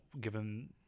given